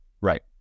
Right